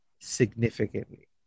significantly